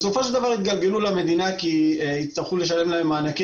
יתגלגלו למדינה כי יצטרכו לשלם להן מענקים